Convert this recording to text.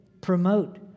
promote